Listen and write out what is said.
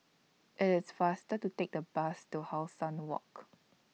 IT IS faster to Take The Bus to How Sun Walk